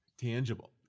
Tangible